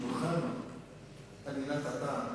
אני לא מסכימה עם מה שאתה אומר.